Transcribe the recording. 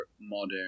modern